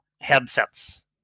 headsets